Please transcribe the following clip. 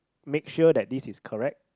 make sure that this is correct